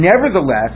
nevertheless